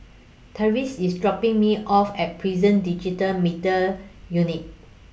Tavaris IS dropping Me off At Prison Digital Media Unit